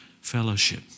fellowship